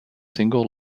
single